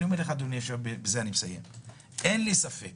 אין לי ספק